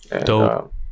Dope